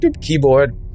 keyboard